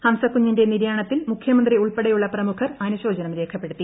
ഹംസക്കുഞ്ഞിന്റെ നിര്യാണത്തിൽ മുഖ്യമന്ത്രി ഉൾപ്പെടെയുള്ള പ്രമുഖർ അനുശോചനം രേഖപ്പെടുത്തി